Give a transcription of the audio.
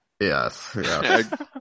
Yes